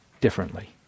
differently